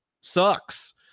sucks